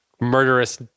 murderous